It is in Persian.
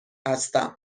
هستم